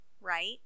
Right